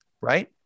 right